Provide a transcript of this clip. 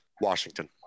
Washington